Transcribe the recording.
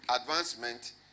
Advancement